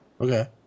Okay